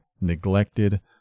neglected